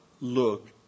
look